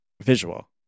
visual